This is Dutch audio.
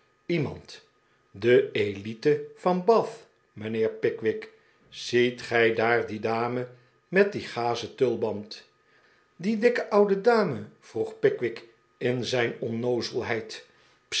iemand de elite van bath mijnheer pickwick ziet gij daar die dame met dien gazen tulband die dikke oude dame vroeg pickwick in zijn